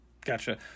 Gotcha